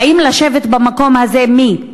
באים לשבת במקום הזה, מי?